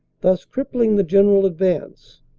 thus cri ppling the general advance,